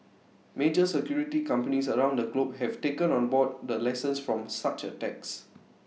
major security companies around the globe have taken on board the lessons from such attacks